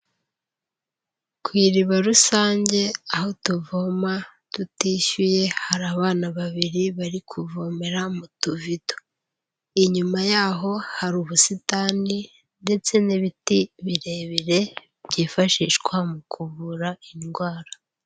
Ku iribarusange aho tuvoma tutishyuye, hari abana babiri bari kuvomera mu tuvido. Inyuma yaho hari ubusitani ndetse n'ibiti birebire byifashishwa mu kuvura indwara.